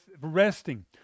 resting